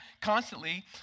constantly